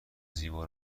زیبا